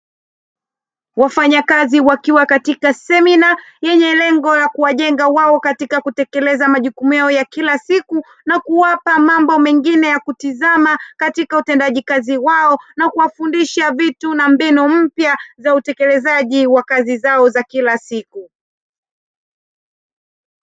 Wafanyakazi wakiwa katika semina yenye lengo la kuwajenga wao katika kutekeleza majukumu yao ya kila siku, na kuwapa mambo mengi ya kutizama katika utendaji kazi wao. Na kuwafundisha vitu na mbinu mpya za utekelezaji wa kazi zao za kila siku.